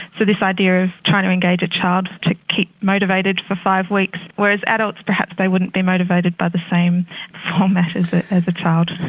this idea of trying to engage a child to keep motivated for five weeks, whereas adults perhaps they wouldn't be motivated by the same format as as a child.